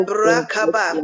Brakaba